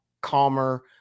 calmer